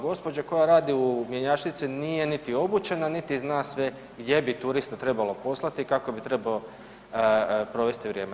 Gospođa koja radi u mjenjačnici nije niti obučena, niti zna sve gdje bi turista trebalo poslati, kako bi trebao provesti vrijeme.